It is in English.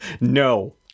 No